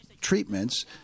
treatments